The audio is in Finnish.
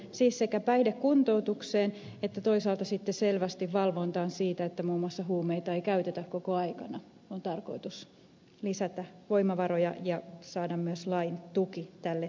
siis sekä päihdekuntoutukseen että toisaalta sitten selvästi valvontaan siitä että muun muassa huumeita ei käytetä koko aikana on tarkoitus lisätä voimavaroja ja saada myös lain tuki tälle työlle